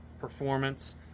performance